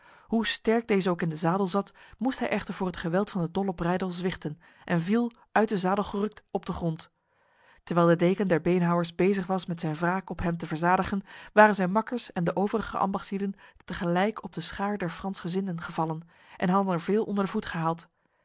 hoe sterk deze ook in de zadel zat moest hij echter voor het geweld van de dolle breydel zwichten en viel uit de zadel gerukt op de grond terwijl de deken der beenhouwers bezig was met zijn wraak op hem te verzadigen waren zijn makkers en de overige ambachtslieden tegelijk op de schaar der fransgezinden gevallen en hadden er veel onder de voet gehaald